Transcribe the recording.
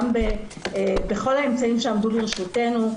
בכל האמצעים שעמדו לרשותנו,